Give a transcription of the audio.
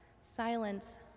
silence